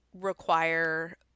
require